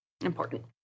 Important